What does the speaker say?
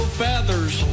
feathers